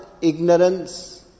ignorance